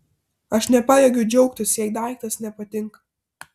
aš nepajėgiu džiaugtis jei daiktas nepatinka